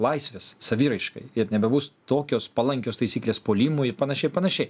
laisvės saviraiškai ir nebebus tokios palankios taisyklės puolimui ir panašiai panašiai